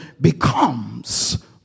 becomes